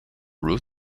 root